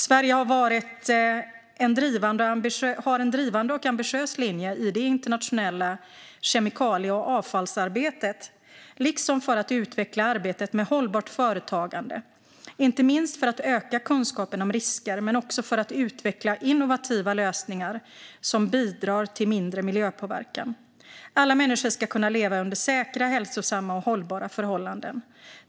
Sverige har en drivande och ambitiös linje i det internationella kemikalie och avfallsarbetet liksom för att utveckla arbetet med hållbart företagande, inte minst för att öka kunskapen om risker men också för att utveckla innovativa lösningar som bidrar till mindre miljöpåverkan. Alla människor ska kunna leva under säkra, hälsosamma och hållbara förhållanden.